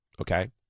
Okay